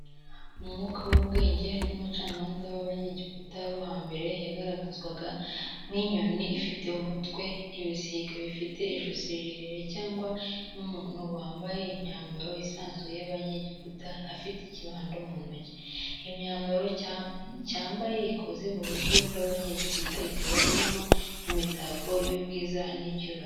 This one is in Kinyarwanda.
Umwuka w'ubwenge n'umucamanza w'Abanyegiputa bo hambere yagaragazwaga nk'inyoni ifite umutwe, ibisiga bifite ijosi rirerire cyangwa nk'umuntu wambaye imyambaro isanzwe y'Abanyegiputa afite ikibando mu ntoki. Imyambaro cyambaye ikoze mu buryo bw'Abanyegiputa ikaba irimo imitako y'ubwiza n'icyubahiro.